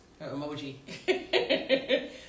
Emoji